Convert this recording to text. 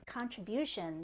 contribution